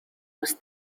was